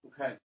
Okay